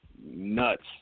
nuts